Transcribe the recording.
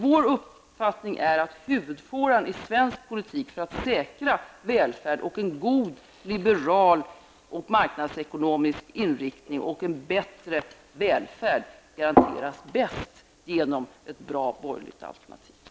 Vår uppfattning är att huvudfåran i svensk politik -- att säkra välfärd, en god liberal och marknadsekonomisk inriktning och en bättre välfärd -- bäst garanteras genom ett bra borgerligt alternativ.